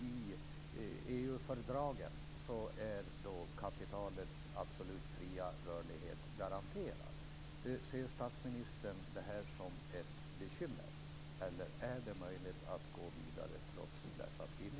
I EU-fördragen är kapitalets absolut fria rörlighet garanterad. Ser statsministern detta som ett bekymmer, eller är det möjligt att gå vidare trots dessa skrivningar?